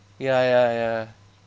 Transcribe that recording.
ya ya ya